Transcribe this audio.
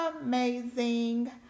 amazing